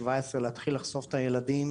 שבע עשרה להתחיל לחשוף את הילדים